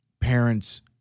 parents